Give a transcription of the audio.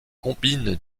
combine